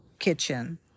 kitchen